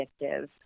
addictive